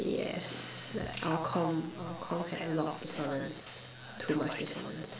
yes like our comm our comm had a lot of dissonance too much dissonance